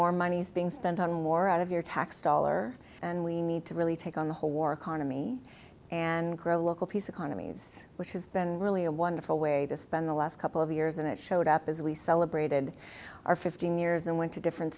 more money's being spent on more out of your tax dollar and we need to really take on the whole war economy and grow local peace economies which has been really a wonderful way to spend the last couple of years and it showed up as we celebrated our fifteen years and went to different